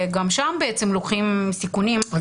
וגם שם לוקחים סיכונים --- צוותי רפואה.